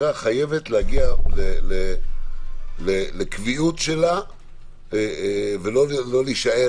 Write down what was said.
חייבת להגיע לקביעות שלה ולא להישאר